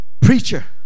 preacher